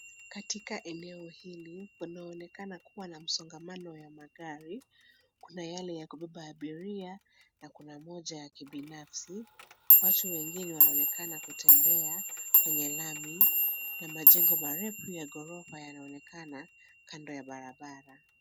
Katika eneo hili, panaonekana kuwa na msongamano ya magari. Kuna yale ya kubeba abiria na kuna moja ya kibinafsi. Watu wengine wanaonekana kutembea kwenye lami na majengo marefu ya ghorofa yanaonekana kando ya barabara.